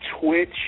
Twitch